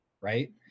right